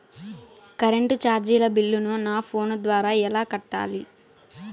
Current చార్జీల బిల్లును, నా ఫోను ద్వారా ఎలా కట్టాలి?